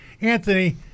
Anthony